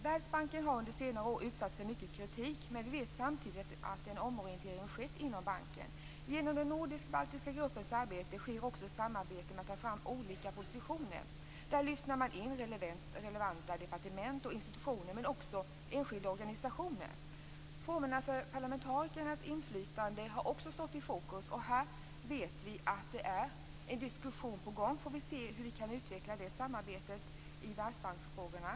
Världsbanken har under senare år utsatts för mycken kritik, men vi vet samtidigt att en omorientering skett inom banken. Genom den nordisk-baltiska gruppens arbete sker också ett arbete med att ta fram olika positioner. Där lyssnar man in relevanta departement och institutioner men också enskilda organisationer. Också formerna för parlamentarikernas inflytande har stått i fokus. Vi vet att det härvidlag är en diskussion på gång. Vi får se hur vi kan utveckla detta samarbete i världsbanksfrågorna.